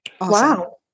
Wow